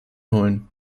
holen